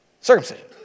circumcision